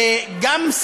גם,